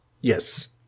Yes